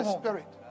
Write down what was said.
spirit